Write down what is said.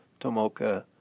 Tomoka